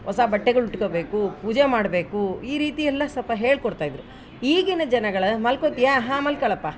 ಹೊಸ ಬಟ್ಟೆಗಳು ಉಟ್ಕೋಬೇಕು ಪೂಜೆ ಮಾಡಬೇಕು ಈ ರೀತಿ ಎಲ್ಲ ಸ್ವಲ್ಪ ಹೇಳಿಕೊಡ್ತ ಇದ್ರು ಈಗಿನ ಜನಗಳು ಮಲ್ಕೋತೀಯ ಹಾಂ ಮಲ್ಕೋಳಪ್ಪ